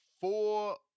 four